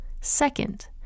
Second